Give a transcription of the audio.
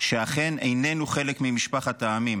שאכן איננו חלק ממשפחת העמים,